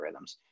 algorithms